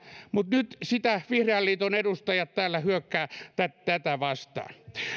mutta nyt vihreän liiton edustajat täällä hyökkäävät tätä tätä vastaan